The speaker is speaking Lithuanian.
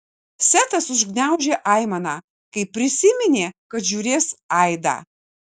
setas užgniaužė aimaną kai prisiminė kad žiūrės aidą